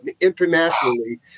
internationally